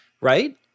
right